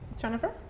jennifer